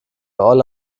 olle